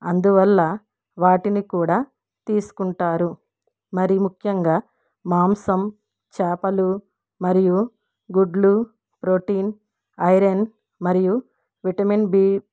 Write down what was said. అందువల్ల వాటిని కూడా తీసుకుంటారు మరీ ముఖ్యంగా మాంసం చేపలు మరియు గుడ్లు ప్రోటీన్ ఐరన్ మరియు విటమిన్ బి